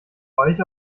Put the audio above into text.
euch